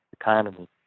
economy